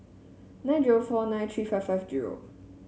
nine zero four nine three five five zero